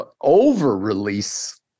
over-release